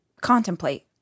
contemplate